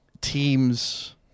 teams